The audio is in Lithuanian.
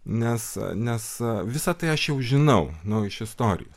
nes nes visa tai aš jau žinau nu iš istorijos